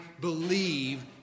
believe